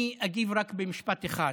אני אגיב רק במשפט אחד: